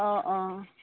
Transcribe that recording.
অঁ অঁ